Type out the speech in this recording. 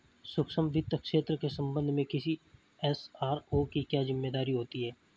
सूक्ष्म वित्त क्षेत्र के संबंध में किसी एस.आर.ओ की क्या जिम्मेदारी होती है?